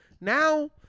Now